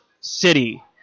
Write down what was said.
City